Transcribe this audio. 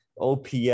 OPS